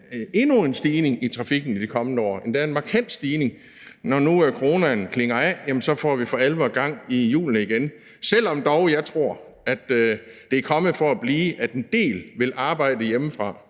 endnu en stigning i trafikken i de kommende år – endda en markant stigning. Når nu coronaen klinger af, får vi for alvor gang i hjulene igen. Selv om jeg dog tror, at det er kommet for at blive, at en del vil arbejde hjemmefra